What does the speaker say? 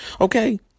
Okay